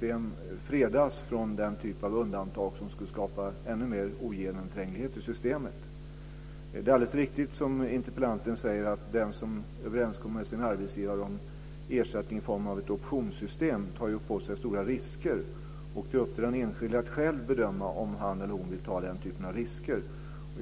det fredas från den typ av undantag som skapar ännu mer ogenomtränglighet i systemet. Det är alldeles riktigt som interpellanten säger, att den som överenskommer med sin arbetsgivare om ersättning i form av ett optionssystem tar på sig stora risker. Det är upp till den enskilde att själv bedöma om han eller hon vill ta den typen av risker.